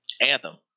Anthem